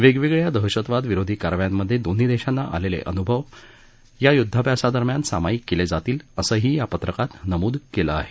वेगवेगळ्या दहशतवाद विरोधी कारवायांमध्ये दोन्ही देशांना आलेले अनुभव या युद्धाभ्यासा दरम्यान सामायिक केले जातील असंही या पत्रकात नमूद केलं आहे